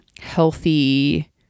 healthy